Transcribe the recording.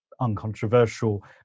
uncontroversial